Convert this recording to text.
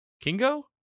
Kingo